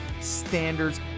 standards